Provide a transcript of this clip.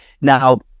now